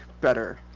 better